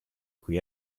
cui